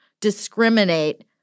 discriminate